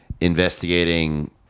investigating